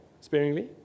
sparingly